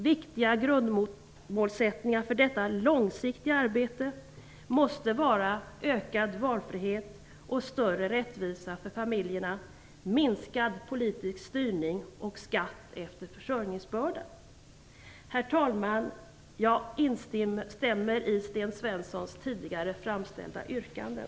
Viktiga grundmålsättningar för detta långsiktiga arbete måste vara ökad valfrihet och större rättvisa för familjerna, minskad politisk styrning och skatt efter försörjningsbörda. Herr talman! Jag instämmer i Sten Svenssons tidigare framställda yrkanden.